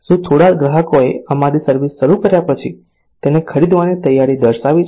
શું થોડા ગ્રાહકોએ અમારી સર્વિસ શરૂ કર્યા પછી તેને ખરીદવાની તૈયારી દર્શાવી છે